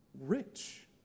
rich